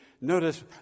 Notice